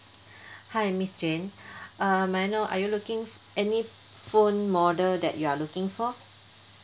hi miss jene uh may I know are you looking for any phone model that you are looking for